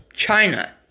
China